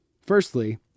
Firstly